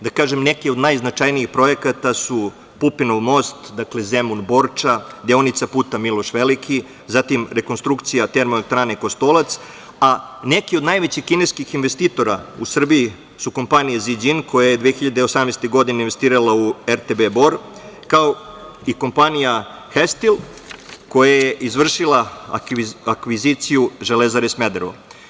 Da kažem, neki od najznačajnijih projekata su Pupinov most, dakle, Zemun-Borča, deonica puta „Miloš Veliki“, zatim rekonstrukcija Termoelektrane Kostolac, a neki od najvećih kineskih investitora u Srbiji su kompanije „Ziđin“, koja je 2018. godine investirala u RTB „Bor“, kao i kompanija „Hestil“, koja je izvršila akviziciju Železare Smederevo.